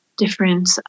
different